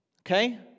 Okay